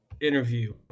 interview